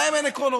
להם אין עקרונות.